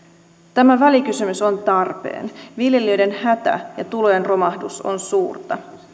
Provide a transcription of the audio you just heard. tämä välikysymys on tarpeen viljelijöiden hätä ja tulojen romahdus on suurta